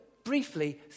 Briefly